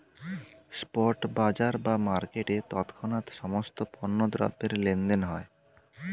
spot বাজার বা মার্কেটে তৎক্ষণাৎ সমস্ত পণ্য দ্রব্যের লেনদেন হয়